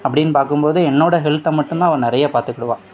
அப்படின்னு பார்க்கும்போது என்னோடய ஹெல்த்தை மட்டும்தான் அவள் நிறையா பார்த்துக்கிடுவா